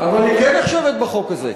אבל היא כן נחשבת בחוק הזה.